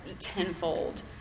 tenfold